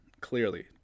clearly